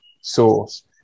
source